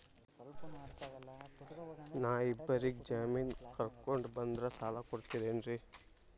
ನಾ ಇಬ್ಬರಿಗೆ ಜಾಮಿನ್ ಕರ್ಕೊಂಡ್ ಬಂದ್ರ ಸಾಲ ಕೊಡ್ತೇರಿ?